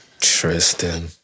Tristan